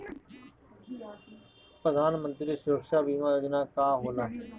प्रधानमंत्री सुरक्षा बीमा योजना का होला?